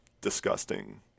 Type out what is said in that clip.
disgusting